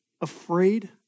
afraid